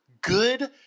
good